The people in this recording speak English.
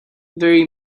very